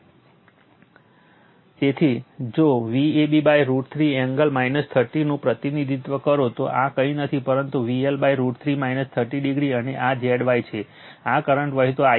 તેથી જો Vab√ 3 angle 30 નું પ્રતિનિધિત્વ કરો તો આ કંઈ નથી પરંતુ VL√ 3 30o અને આ Zy છે આ કરંટ વહેતો Ia છે